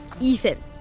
Ethan